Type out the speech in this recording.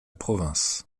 province